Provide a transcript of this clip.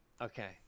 Okay